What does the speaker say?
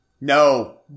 No